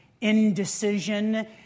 indecision